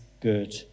good